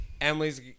Emily's